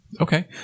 Okay